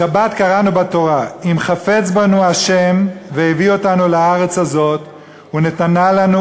בשבת קראנו בתורה: "אם חפץ בנו ה' והביא אתנו אל הארץ הזאת ונתנה לנו,